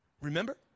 Remember